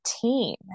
team